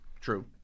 True